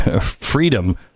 freedom